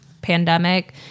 pandemic